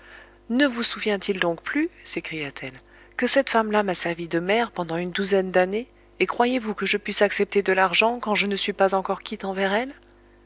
ne vous souvient-il donc plus s'écria-t-elle que cette femme-là m'a servi de mère pendant une douzaine d'années et croyez-vous que je puisse accepter de l'argent quand je ne suis pas encore quitte envers elle